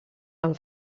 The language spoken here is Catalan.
amb